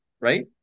right